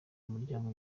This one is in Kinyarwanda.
umuryango